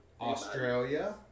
Australia